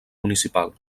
municipal